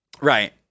Right